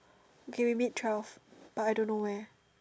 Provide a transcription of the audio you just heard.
okay we meet twelve but I don't know where